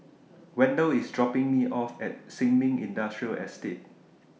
Wendel IS dropping Me off At Sin Ming Industrial Estate